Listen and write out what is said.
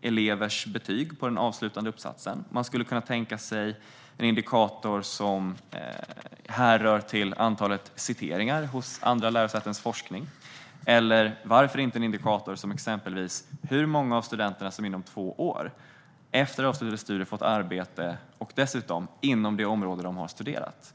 elevers betyg på den avslutande uppsatsen. Man skulle kunna tänka sig en indikator som handlar om antalet citeringar i andra lärosätens forskning. Eller det skulle kunna vara en indikator som exempelvis handlar om hur många av studenterna som inom två år efter avslutade studier har fått arbete inom det område som de har studerat.